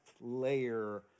layer